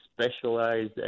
specialized